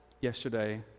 yesterday